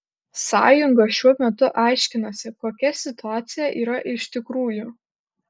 sąjunga šiuo metu aiškinasi kokia situacija yra iš tikrųjų